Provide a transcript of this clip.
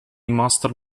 master